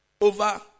over